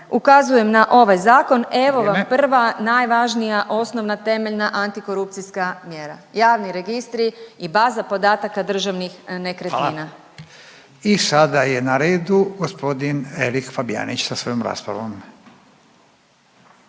Vrijeme./… … evo vam prva najvažnija osnovna, temeljna antikorupcijska mjera, javni registri i baza podataka državnih nekretnina. **Radin, Furio (Nezavisni)** Hvala. I sada je na redu gospodin Erik Fabijanić sa svojom raspravom.